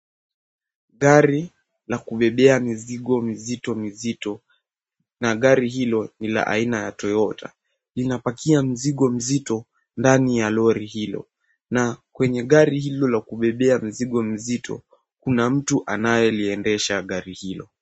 Gari la kubebea mizigo mizito mizito na gari hilo ni la aina ya Toyota. Linapakia mzigo mzito ndani ya lori hilo na kwenye gari hilo la kubebea mizigo mizito kuna mtu anayeliendesha garii hilo.